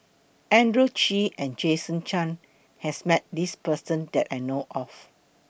Andrew Chew and Jason Chan has Met This Person that I know of